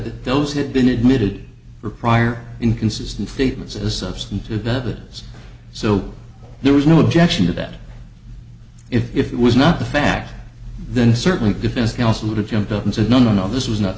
those that been admitted were prior inconsistent statements as substantive that so there was no objection to that if it was not the fact then certainly the defense counsel would have jumped up and said no no no this was not